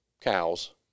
cows